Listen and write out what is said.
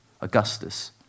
Augustus